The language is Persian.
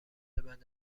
بدنی